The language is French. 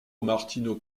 martino